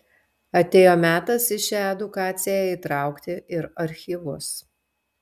atėjo metas į šią edukaciją įtraukti ir archyvus